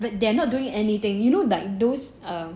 but they are not doing anything you know like those err